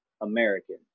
American